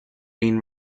been